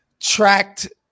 tracked